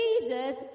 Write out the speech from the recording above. Jesus